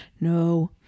no